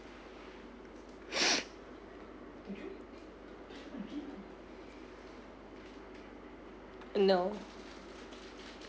no